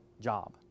job